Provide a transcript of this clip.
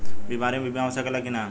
बीमारी मे बीमा हो सकेला कि ना?